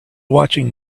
watching